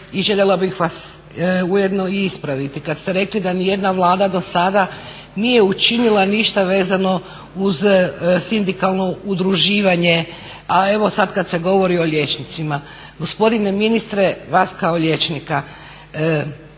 i željela bih vas ujedno i ispraviti. Kad ste rekli da ni jedna Vlada dosada nije učinila ništa vezano uz sindikalno udruživanje, a evo sad kad se govori o liječnicima. Gospodine ministre, vas kao liječnika